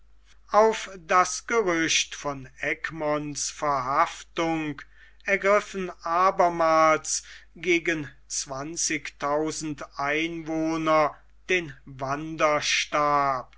auf das gerücht von egmonts verhaftung ergriffen abermals gegen zwanzigtausend einwohner den wanderstab